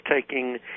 taking